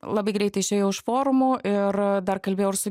labai greitai išėjau iš forumų ir dar kalbėjau ir su